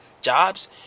Jobs